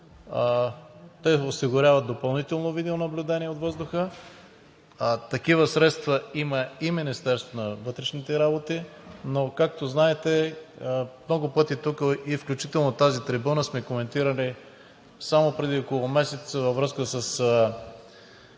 Те осигуряват допълнително видеонаблюдение от въздуха. Такива средства има и Министерството на вътрешните работи, но, както знаете, много пъти тук, включително и от тази трибуна, сме коментирали. Само преди около месец във връзка със